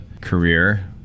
career